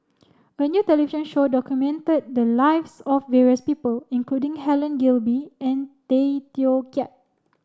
a new television show documented the lives of various people including Helen Gilbey and Tay Teow Kiat